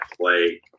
play